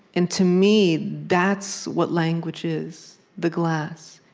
and to me, that's what language is the glass.